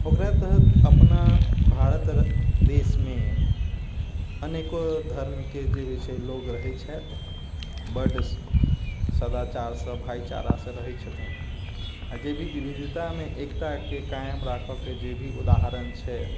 ओकरा तऽ अपना भारत देशमे अनेको धर्मके जे भी छै लोक रहै छथि बड सदाचारसँ भाइचारासँ रहै छथिन आओर जे भी विविधतामे एकताके कायम राखऽके जे भी उदाहरण छै